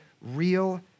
real